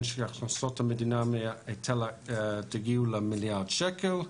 של הכנסות המדינה מהיטל תגיע למיליארד שקל,